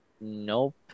Nope